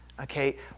okay